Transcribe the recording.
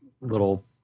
little